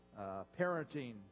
parenting